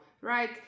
right